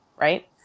Right